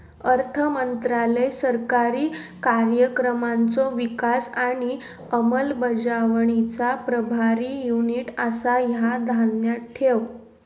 अर्थमंत्रालय सरकारी कार्यक्रमांचो विकास आणि अंमलबजावणीचा प्रभारी युनिट आसा, ह्या ध्यानात ठेव